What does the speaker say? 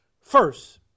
First